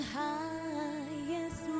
highest